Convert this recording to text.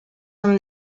from